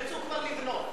הם יצאו כבר לבנות.